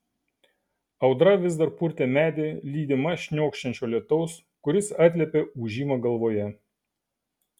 audra vis dar purtė medį lydima šniokščiančio lietaus kuris atliepė ūžimą galvoje